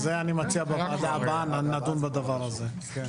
זה אני מציע בוועדה הבאה נדון בדבר הזה.